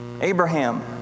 Abraham